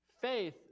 Faith